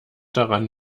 daran